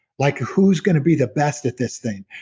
like who's going to be the best at this thing.